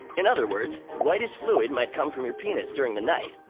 in other words, whitish fluid might come from your penis during the night.